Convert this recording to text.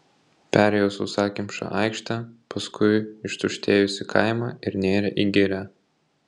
perėjo sausakimšą aikštę paskui ištuštėjusį kaimą ir nėrė į girią